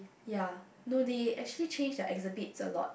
ya no they actually change their exhibits a lot